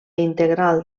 integral